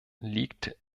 liegt